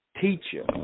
teacher